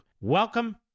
Welcome